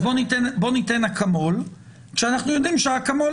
אז בואו ניתן אקמול כשאנחנו יודעים שהאקמול